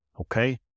Okay